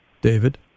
David